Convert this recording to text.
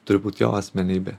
turi būt jo asmenybė